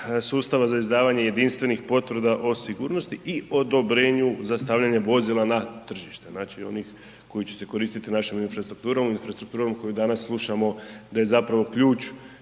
sustava za izdavanje jedinstvenih potvrda o sigurnosti i odobrenju za stavljanje vozila na tržište, znači onih koji će se koristiti našom infrastrukturom, infrastrukturom koju danas slušamo da je zapravo ključ